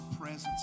presence